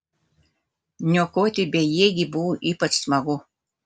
niokoti bejėgį buvo ypač smagu